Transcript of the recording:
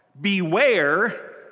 Beware